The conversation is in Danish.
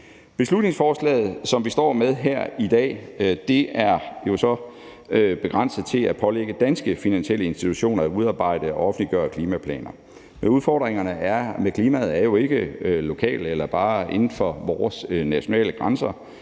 Beslutningsforslaget, som vi står med her i dag, er så begrænset til at pålægge danske finansielle institutioner at udarbejde og offentliggøre klimaplaner. Men udfordringerne med klimaet er jo ikke lokale eller bare inden for vores nationale grænser